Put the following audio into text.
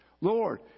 Lord